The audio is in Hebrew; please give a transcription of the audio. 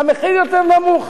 המחיר יותר נמוך.